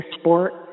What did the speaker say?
sport